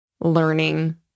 learning